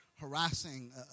harassing